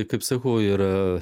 kaip sakau yra